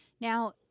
Now